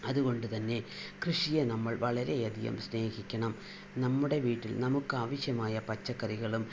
അതുകൊണ്ട് തന്നെ കൃഷിയെ നമ്മൾ വളരെ അധികം സ്നേഹിക്കണം നമ്മുടെ വീട്ടിൽ നമുക്കാവശ്യമായ പച്ചക്കറികളും